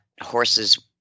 horses